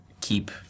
keep